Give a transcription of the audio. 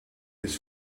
this